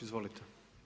Izvolite.